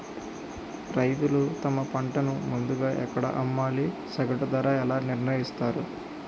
రైతులు తమ పంటను ముందుగా ఎక్కడ అమ్మాలి? సగటు ధర ఎలా నిర్ణయిస్తారు?